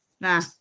nah